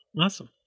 awesome